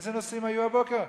אילו נושאים היו הבוקר?